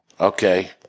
Okay